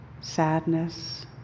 sadness